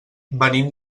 venim